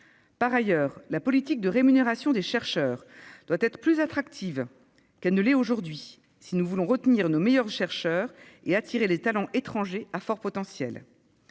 Par ailleurs, la politique de rémunération des chercheurs doit être plus attractive qu'elle ne l'est aujourd'hui si nous voulons retenir nos meilleurs chercheurs et attirer les talents étrangers à fort potentiel.